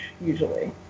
usually